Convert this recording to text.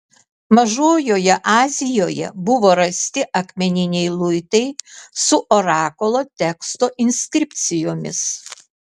mažojoje azijoje buvo rasti akmeniniai luitai su orakulo teksto inskripcijomis